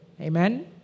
Amen